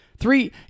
three